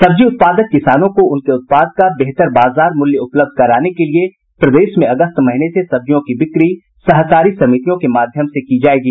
सब्जी उत्पादक किसानों को उनके उत्पाद का बेहतर बाजार मूल्य उपलब्ध कराने के लिये प्रदेश में अगस्त महीने से सब्जियों की बिक्री सहकारी समितियों के माध्यम से की जायेगी